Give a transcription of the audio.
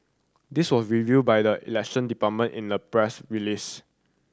this was revealed by the Election Department in a press release